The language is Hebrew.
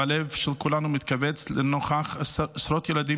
והלב של כולנו מתכווץ לנוכח עשרות ילדים